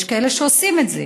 יש כאלה שעושים את זה,